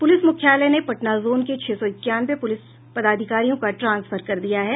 police मुख्यालय ने Patna zone के छह सौ इक्यानवे पुलिस पदाधिकारियों का ट्रांसफर कर दिया है